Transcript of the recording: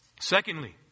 Secondly